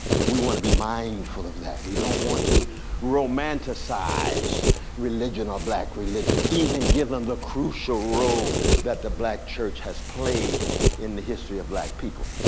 but we want to be mindful of that. we don't want to romanticize religion or black religion, even given the crucial role that the black church has played in the history of black people.